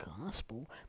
gospel